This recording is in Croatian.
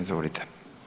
Izvolite.